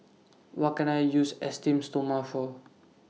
What Can I use Esteem Stoma For